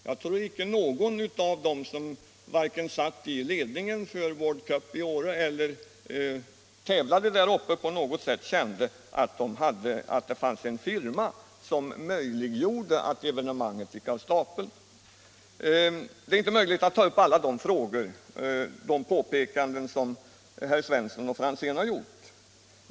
Jag tror inte att någon vare sig av dem som satt i ledningen för World Cup i Åre eller av dem som tävlade där uppe kände att det fanns en firma som möjliggjorde att evenemanget gick av stapeln. Det är inte möjligt att ta upp alla de påpekanden som herrar Svensson och Franzén har gjort.